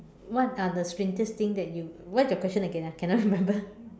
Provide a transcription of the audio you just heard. what are the strangest thing that you what's your question again ah cannot remember